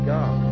God